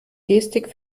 gestik